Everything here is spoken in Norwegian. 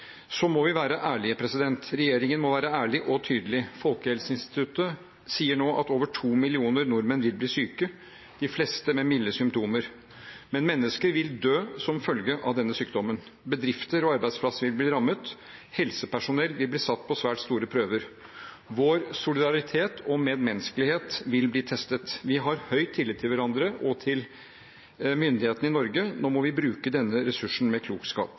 Så må vi være ærlige. Regjeringen må være ærlig og tydelig. Folkehelseinstituttet sier nå at over to millioner nordmenn vil bli syke, de fleste med milde symptomer. Men mennesker vil dø som følge av denne sykdommen. Bedrifter og arbeidsplasser vil bli rammet, og helsepersonell vil bli satt på svært store prøver. Vår solidaritet og vår medmenneskelighet vil bli testet. Vi har høy tillit til hverandre og til myndighetene i Norge. Nå må vi bruke denne ressursen med klokskap.